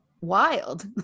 wild